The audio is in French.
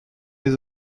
les